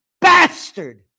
bastard